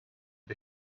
the